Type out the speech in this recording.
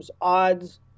odds